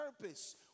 purpose